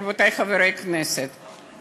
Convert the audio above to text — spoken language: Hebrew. רבותי חברי הכנסת,